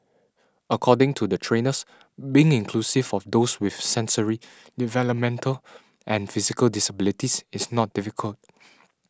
according to the trainers being inclusive of those with sensory developmental and physical disabilities is not difficult